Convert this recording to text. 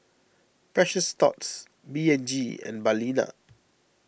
Precious Thots P and G and Balina